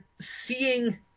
seeing